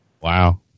Wow